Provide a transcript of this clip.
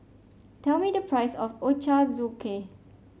tell me the price of Ochazuke